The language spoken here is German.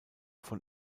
von